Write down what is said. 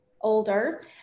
older